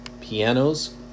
pianos